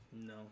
No